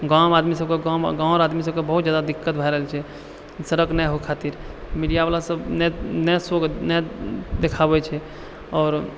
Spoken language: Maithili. गाँवमे आदमी सबके गाँव वला आदमी सबकेँ बहुत जादा दिक्कत भए रहल छै सड़क नहि होए खातिर मीडियावला सब नहि शो नहि देखाबए छै आओर